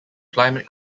climate